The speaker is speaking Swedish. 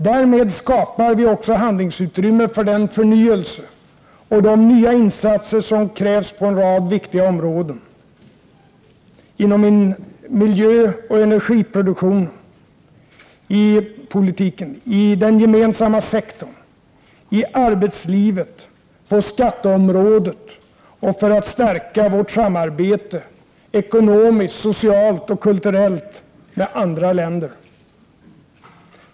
Därmed skapar vi också handlingsutrymme för den förnyelse och de nya insatser som krävs på en rad viktiga områden: inom miljöoch energipolitiken, i den gemensamma sektorn, i arbetslivet, på skatteområdet och för att stärka vårt samarbete — ekonomiskt, socialt och kulturellt — med andra länder.